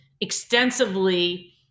extensively